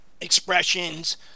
Expressions